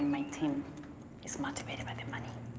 my team is motivated by the money,